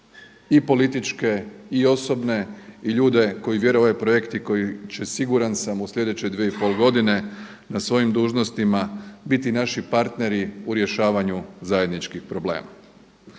i političke, i osobne, i ljude koji vjeruju u ovaj projekt i koji će siguran sam u slijedeće 2,5 godine na svojim dužnostima biti naši partneri u rješavanju zajedničkih problema.